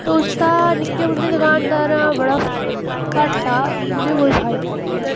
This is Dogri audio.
तुस तां नि'क्के मुट्टे दकानदारां दा बड़ा घाटा उ'नें ई कोई फायदा निं ऐ